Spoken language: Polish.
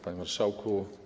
Panie Marszałku!